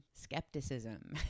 Skepticism